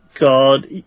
God